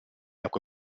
acque